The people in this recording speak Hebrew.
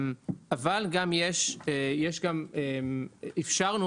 אבל לבעלי רישיונות מסוימים אפשרנו